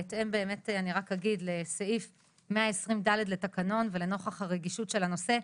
בהתאם באמת אני רק אגיד לסעיף 120/ד' לתקנון ולנוכח הרגישות של הנושא,